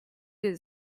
des